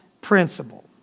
principle